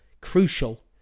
Crucial